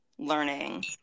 learning